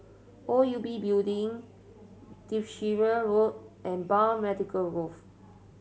O U B Building Derbyshire Road and Biomedical Grove